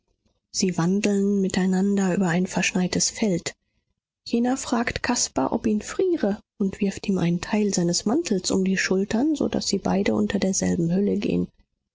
sie wandeln miteinander über ein verschneites feld jener fragt caspar ob ihn friere und wirft ihm einen teil seines mantels um die schultern so daß sie beide unter derselben hülle gehen